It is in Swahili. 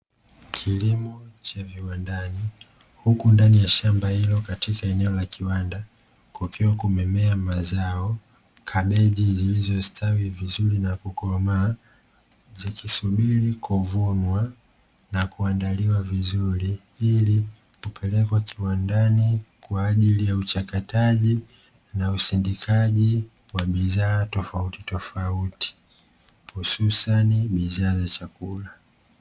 Kilimo cha viwandani huku ndani ya shamba hilo katika eneo la kiwanda, kukiwa kumemea mazao, kabeji zilizostawi vizuri na kukomaa zikisubiri kuvunwa na kuandaliwa vizuri, ili kupelekwa kiwandani kwa ajili ya uchakataji na usindikaji wa bidhaa tofautitofauti hususani bidhaa za chakula.